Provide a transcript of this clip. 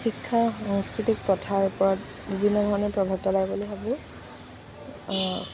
শিক্ষাই সাংস্কৃতিক প্ৰথাৰ ওপৰত বিভিন্ন ধৰণৰ প্ৰভাৱ পেলায় বুলি ভাবোঁ